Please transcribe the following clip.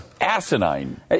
asinine